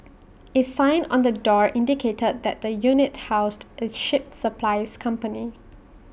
A sign on the door indicated that the unit housed A ship supplies company